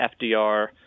FDR